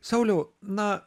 sauliau na